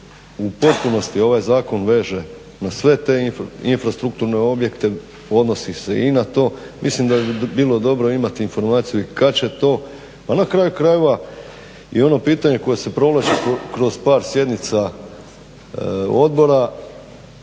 u potpunosti ovaj zakon veže na sve te infrastrukturne objekte odnosi se i na to, mislim da bi bilo dobro imati informaciju i kad će to pa na kraju krajeva i ono pitanje koje se provlači kroz par sjednica odbora